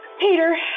Peter